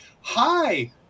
hi